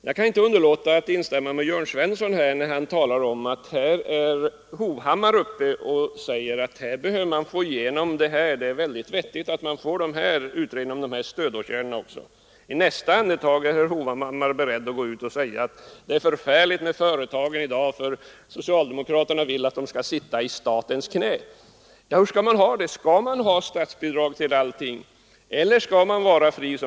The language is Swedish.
Jag kan inte underlåta att instämma med Jörn Svensson när han påtalade att herr Hovhammar här argumenterar för att man bör få igenom detta och att det är viktigt att man får en utredning om dessa åtgärder. Men i nästa andetag är herr Hovhammar beredd att gå ut och säga att det är förfärligt för företagen i dag därför att socialdemokraterna vill att de skall sitta i statens knä. Hur skall man ha det? Skall man ha statsbidrag till allting, eller skall man vara fri?